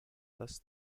thus